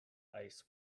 ice